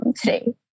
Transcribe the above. today